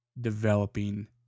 developing